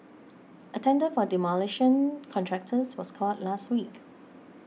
a tender for demolition contractors was called last week